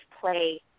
play